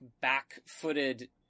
back-footed